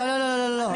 לא, לא, לא.